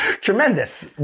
tremendous